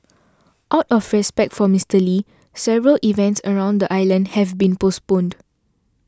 out of respect for Mister Lee several events around the island have been postponed